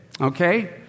Okay